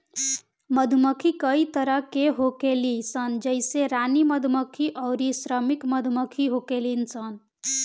मधुमक्खी कई तरह के होखेली सन जइसे रानी मधुमक्खी अउरी श्रमिक मधुमक्खी होखेली सन